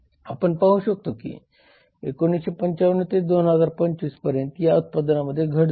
आपण पाहू शकतो की 1995 ते 2025 पर्यंत या उत्पादनांमध्ये घट झाली आहे